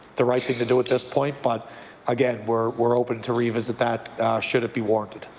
the right thing to do at this point. but again, we're we're open to revisit that should it be warranted.